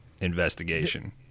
investigation